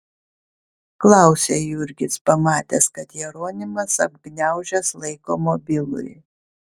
klausia jurgis pamatęs kad jeronimas apgniaužęs laiko mobilųjį